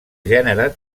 gènere